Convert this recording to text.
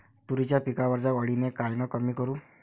तुरीच्या पिकावरच्या अळीले कायनं कमी करू?